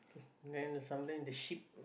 then some land the ship